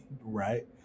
right